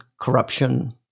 corruption